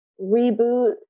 reboot